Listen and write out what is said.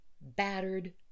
battered